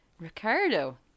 Ricardo